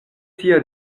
tia